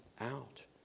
out